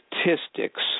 statistics